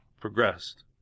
progressed